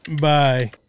Bye